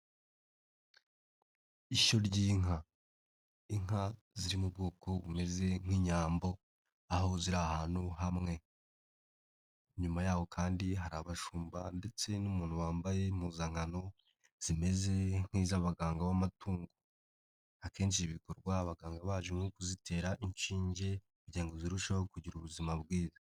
Ishyo ry'inka inka ziri mu bwoko bumeze nk'inyambo aho ziri ahantu hamwe nyuma yaho kandi hari abashumba ndetse n'umuntu wambaye impuzankano zimeze nk'iz'abaganga b'amatungo akenshi bikorwa abaganga baje nko kuzitera inshinge kugira ngo zirusheho kugira ubuzima bwiza.